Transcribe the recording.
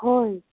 ꯍꯣꯏ